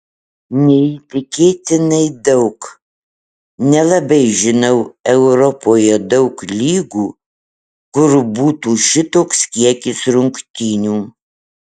neįtikėtinai daug nelabai žinau europoje daug lygų kur būtų šitoks kiekis rungtynių